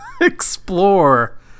explore